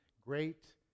great